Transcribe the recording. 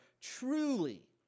truly